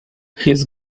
his